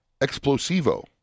Explosivo